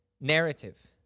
narrative